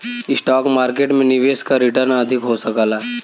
stock market में निवेश क रीटर्न अधिक हो सकला